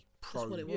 pro